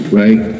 right